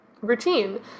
routine